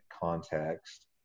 context